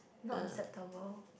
not acceptable